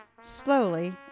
Slowly